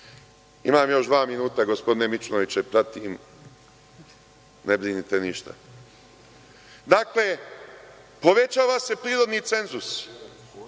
veći. Imam još dva minuta, gospodine Mićunoviću, pratim, ne brinite ništa. Dakle, povećava se prirodni cenzus.